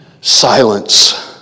Silence